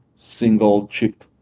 single-chip